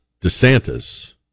DeSantis